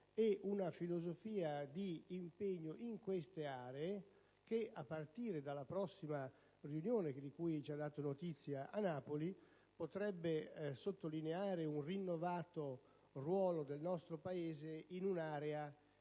e una filosofia di impegno in queste aree che, a partire dalla prossima riunione a Napoli di cui ci ha dato notizia, potrebbe sottolineare un rinnovato ruolo del nostro Paese in un'area che